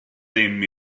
ddim